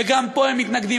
וגם פה הם מתנגדים.